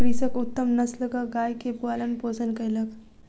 कृषक उत्तम नस्लक गाय के पालन पोषण कयलक